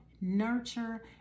nurture